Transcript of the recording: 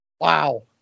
Wow